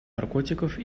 наркотиков